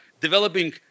developing